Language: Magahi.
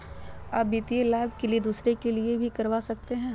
आ वित्तीय लाभ के लिए दूसरे के लिए भी करवा सकते हैं?